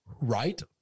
right